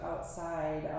outside